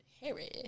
Harry